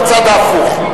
בצד ההפוך.